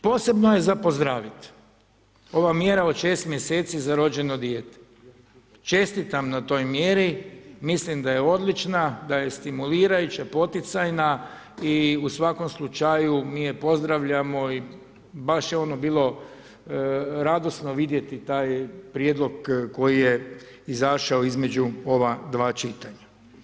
Posebno je za pozdraviti ova mjera od 6 mj. za rođeno dijete, čestitam na toj mjeri, mislim da je odlična, da je stimulirajuća, poticajna i u svakom slučaju mi je pozdravljamo, baš je ono bilo, radosno vidjeti taj prijedlog koji je izašao između ova dva čitanja.